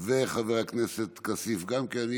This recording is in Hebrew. חבר הכנסת כסיף גם כן.